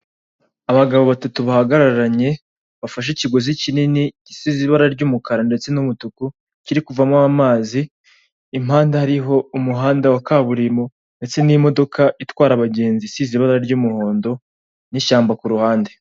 Abagabo batatu bahagararanye bafashe ikiguzi kinini gisize ibara ry'umukara ndetse n'umutuku kiri kuvamo amazi, impanda hariho umuhanda wa kaburimbo ndetse n'imodoka itwara abagenzi isize ibara ry'umuhondo n'ishyamba ku ruhande.